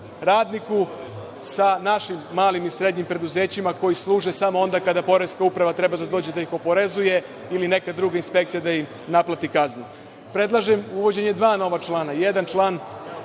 radniku sa našim malim i srednjim preduzećima koji služe samo onda kada poreska uprava treba da dođe da ih oporezuje ili neka druga inspekcija da im naplati kaznu. Predlažem uvođenje dva nova člana. Jedan član